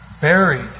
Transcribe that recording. Buried